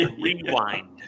Rewind